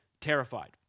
terrified